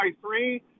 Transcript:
three